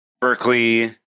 Berkeley